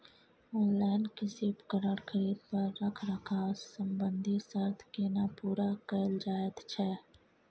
Online कृषि उपकरण खरीद पर रखरखाव संबंधी सर्त केना पूरा कैल जायत छै?